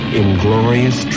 inglorious